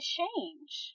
change